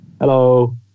Hello